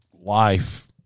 life